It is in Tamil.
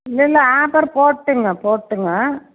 இல்லை இல்லை ஆஃபர் போட்டுங்க போட்டுங்க